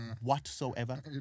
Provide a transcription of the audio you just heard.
Whatsoever